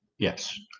Yes